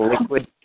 liquid